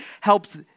helps